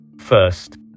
First